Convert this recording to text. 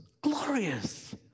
glorious